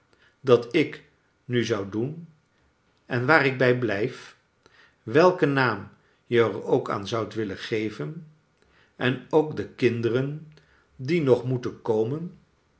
dat ik nu zou doen en waar ik bij blijf w elk en naarn je er ook aan zoudfc willen geveu en ook de kinderen die nog moeten komen